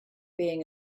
being